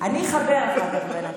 אני אחבר אחר כך.